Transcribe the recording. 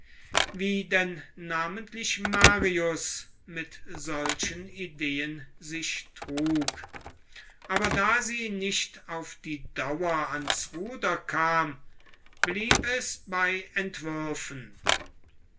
wie denn namentlich marius mit solchen ideen sich trug aber da sie nicht auf die dauer ans ruder kam blieb es bei entwürfen